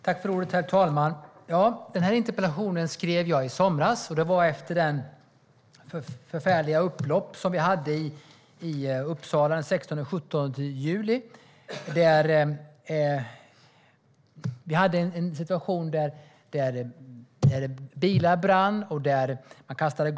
Herr talman! Den här interpellationen skrev jag i somras efter det förfärliga upplopp som vi hade i Uppsala den 16-17 juli. Bilar brann och gatsten kastades.